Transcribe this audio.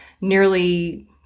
nearly